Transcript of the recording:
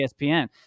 ESPN